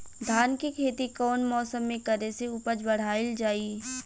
धान के खेती कौन मौसम में करे से उपज बढ़ाईल जाई?